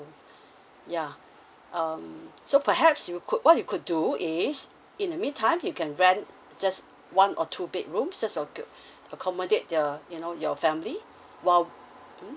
yeah um so perhaps you could what you could do is in the mean time you can rent just one or two bedrooms just to accommodate your family while